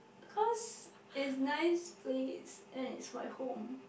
cause it's nice place and it's my home